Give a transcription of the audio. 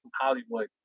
Hollywood